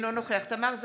אינו נוכח תמר זנדברג,